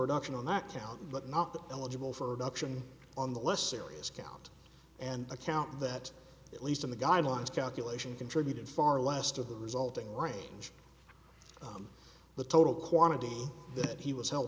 adoption on that count but not that eligible for adoption on the less serious count and the count that at least in the guidelines calculation contributed far less to the resulting range from the total quantity that he was held